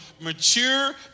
mature